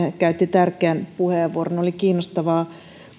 käytti tärkeän puheenvuoron oli kiinnostavaa